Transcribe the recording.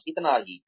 बस इतना ही